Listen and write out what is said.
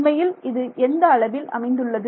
உண்மையில் இது எந்த அளவில் அமைந்துள்ளது